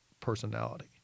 personality